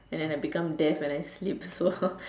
and and I become deaf and I sleep so